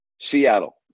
Seattle